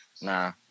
nah